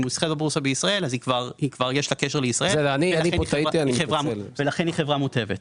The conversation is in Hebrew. היא נסחרת בבורסה בישראל וכבר יש לה קשר לישראל ולכן היא חוברה מוטבת.